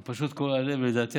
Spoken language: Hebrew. זה פשוט קורע לב.